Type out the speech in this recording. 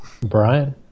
Brian